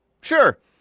sure